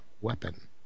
weapon